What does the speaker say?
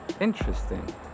Interesting